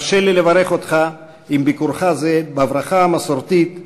הרשה לי לברך אותך בביקורך זה בברכה המסורתית: